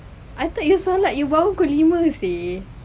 I thought you solat you bangun pukul lima seh